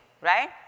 right